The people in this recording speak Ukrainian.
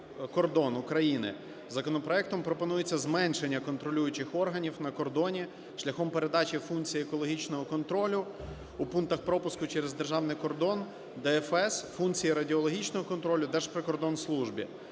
Законопроектом пропонується зменшення контролюючих органів на кордоні шляхом передачі функцій екологічного контролю у пунктах пропуску через державний кордон ДФС, функцій радіологічного контролю – Держприкордонслужбі.